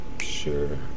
sure